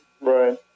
Right